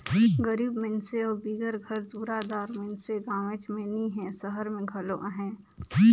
गरीब मइनसे अउ बिगर घर दुरा दार मइनसे गाँवेच में नी हें, सहर में घलो अहें